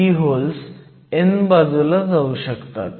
ही holes n बाजूला जाऊ शकतात